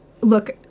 look